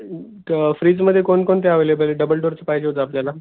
तर फ्रीजमध्ये कोणकोणते अवेलेबल आहेत डबल डोअरचं पाहिजे होतं आपल्याला